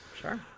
Sure